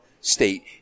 state